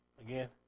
again